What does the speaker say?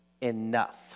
Enough